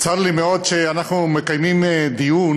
צר לי מאוד שאנחנו מקיימים דיון,